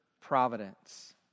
providence